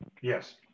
Yes